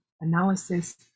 analysis